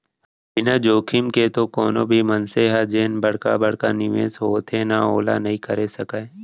बिना जोखिम के तो कोनो भी मनसे ह जेन बड़का बड़का निवेस होथे ना ओला नइ करे सकय